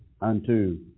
unto